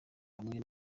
kamwe